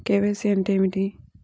KYC అంటే ఏమి?